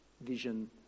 vision